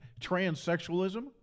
transsexualism